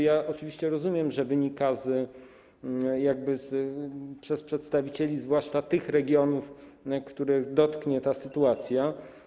Ja oczywiście rozumiem, że wynika, wypływa to od przedstawicieli zwłaszcza tych regionów, których dotknie ta sytuacja.